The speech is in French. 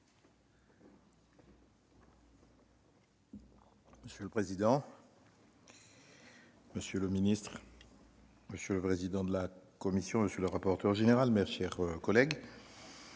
Monsieur le président, monsieur le secrétaire d'État, monsieur le président de la commission, monsieur le rapporteur général, mes chers collègues,